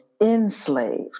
enslaved